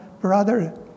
brother